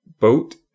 boat